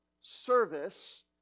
service